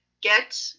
get